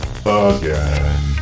again